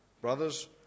Brothers